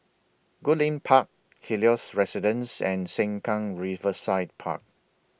Goodlink Park Helios Residences and Sengkang Riverside Park